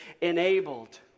enabled